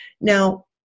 Now